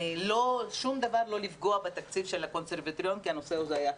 לא לפגוע בתקציב של הקונסרבטוריון כי הנושא הזה היה חשוב.